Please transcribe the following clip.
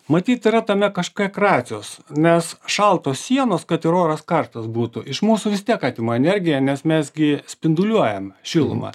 matyt yra tame kažiek racijos nes šaltos sienos kad ir oras karštas būtų iš mūsų vis tiek atima energiją nes mes gi spinduliuojame šilumą